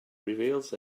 reveals